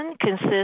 consists